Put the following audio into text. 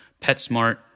PetSmart